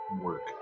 work